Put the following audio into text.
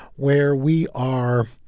where we are